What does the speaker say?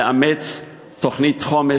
לאמץ תוכנית חומש,